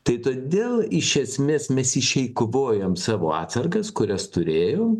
tai todėl iš esmės mes išeikvojam savo atsargas kurias turėjom